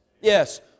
yes